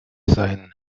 sein